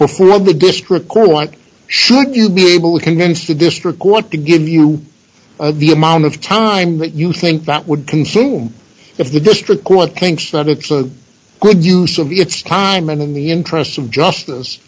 before of the district court want should you be able to convince the district court to give you the amount of time that you think that would consume if the district court thinks that it's a good use of your time and in the interests of justice